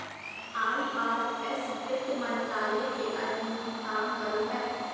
IRS वित्त मंत्रालय के अधीन काम करो हय